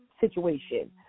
situation